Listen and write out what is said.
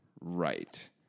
Right